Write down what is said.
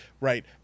right